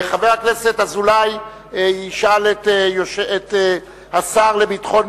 חבר הכנסת אזולאי ישאל את השר לביטחון